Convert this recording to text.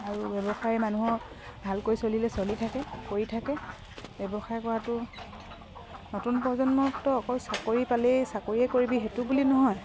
আৰু ব্যৱসায় মানুহক ভালকৈ চলিলে চলি থাকে কৰি থাকে ব্যৱসায় কৰাটো নতুন প্ৰজন্মকতো অকল চাকৰি পালেই চাকৰিয়ে কৰিবি সেইটো বুলি নহয়